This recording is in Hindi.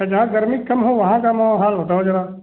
तो जहाँ गर्मी कम हो वहाँ का माहौल बताओ जरा